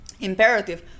imperative